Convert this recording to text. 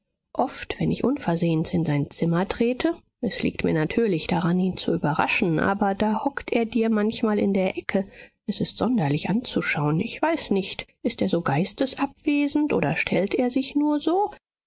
oft wenn ich unversehens in sein zimmer trete es liegt mir natürlich daran ihn zu überraschen aber da hockt er dir manchmal in der ecke es ist sonderlich anzuschauen ich weiß nicht ist er so geistesabwesend oder stellt er sich nur so